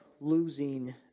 losing